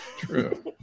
True